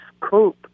Coop